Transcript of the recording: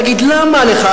תגיד, למה לך?